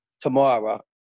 tomorrow